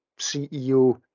CEO